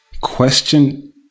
Question